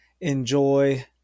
enjoy